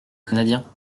canadien